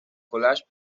college